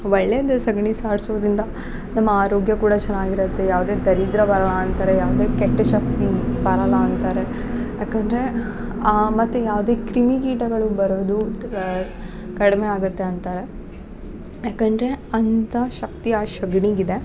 ಒಳ್ಳೆಯದೆ ಸಗಣಿ ಸಾರ್ಸೋದ್ರಿಂದ ನಮ್ಮ ಆರೋಗ್ಯ ಕೂಡ ಚೆನ್ನಾಗಿರುತ್ತೆ ಯಾವುದೇ ದರಿದ್ರ ಬರೋ ಅಂತರ ಯಾವುದೇ ಕೆಟ್ಟ ಶಕ್ತಿ ಬರಲ್ಲ ಅಂತಾರೆ ಯಾಕೆಂದ್ರೆ ಮತ್ತು ಯಾವುದೇ ಕ್ರಿಮಿ ಕೀಟಗಳು ಬರೋದು ಕಡ್ಮೆ ಆಗುತ್ತೆ ಅಂತಾರೆ ಯಾಕೆಂದರೆ ಅಂಥಾ ಶಕ್ತಿ ಆ ಸಗಣಿಗೆ ಇದೆ